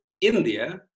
India